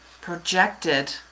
projected